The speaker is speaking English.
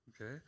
Okay